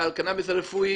הרפואי